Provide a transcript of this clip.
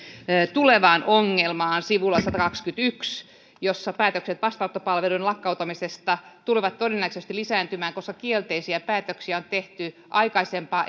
tulevaan ongelmaan sivulla satakaksikymmentäyksi jossa päätökset vastaanottopalveluiden lakkauttamisesta tulevat todennäköisesti lisääntymään koska kielteisiä päätöksiä on tehty aikaisempaa